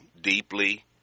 deeply